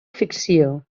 ficció